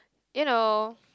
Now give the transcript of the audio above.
you know